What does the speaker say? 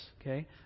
okay